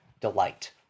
delight